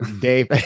dave